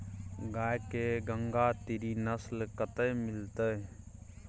गाय के गंगातीरी नस्ल कतय मिलतै?